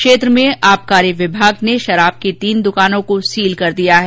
क्षेत्र में आबकारी विभाग ने शराब की तीन दुकानों को सील कर दिया है